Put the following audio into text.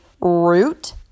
root